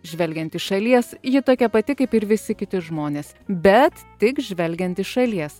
žvelgiant iš šalies ji tokia pati kaip ir visi kiti žmonės bet tik žvelgiant iš šalies